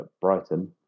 Brighton